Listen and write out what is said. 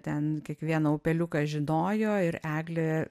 ten kiekvieną upeliuką žinojo ir eglė